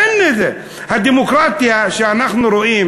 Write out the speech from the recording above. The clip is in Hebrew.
אין, הדמוקרטיה שאנחנו רואים